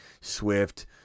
Swift